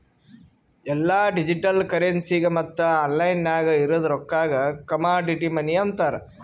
ಎಲ್ಲಾ ಡಿಜಿಟಲ್ ಕರೆನ್ಸಿಗ ಮತ್ತ ಆನ್ಲೈನ್ ನಾಗ್ ಇರದ್ ರೊಕ್ಕಾಗ ಕಮಾಡಿಟಿ ಮನಿ ಅಂತಾರ್